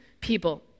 people